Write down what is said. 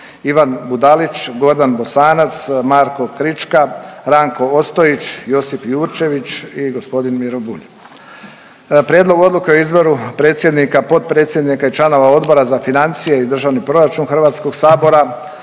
Ivan Budalić, Gordan Bosanac, Marko Krička, Ranko Ostojić, Josip Jurčević i g. Miro Bulj. Prijedlog odluke o izboru predsjednika, potpredsjednika i članova Odbora za financije i državni proračun HS-a, za